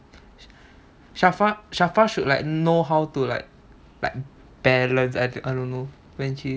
sharfaa sharfaa should like know how to like like balance like I don't know when she